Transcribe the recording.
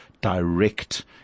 direct